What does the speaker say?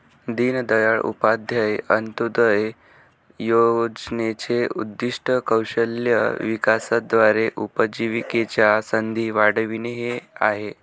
दीनदयाळ उपाध्याय अंत्योदय योजनेचे उद्दीष्ट कौशल्य विकासाद्वारे उपजीविकेच्या संधी वाढविणे हे आहे